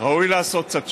ראוי לעשות קצת שקט.